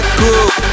cool